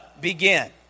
begin